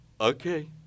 Okay